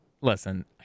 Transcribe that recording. Listen